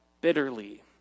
bitterly